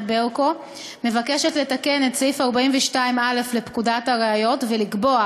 ברקו מבקשת לתקן את סעיף 42א לפקודת הראיות ולקבוע